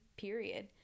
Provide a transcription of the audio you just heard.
period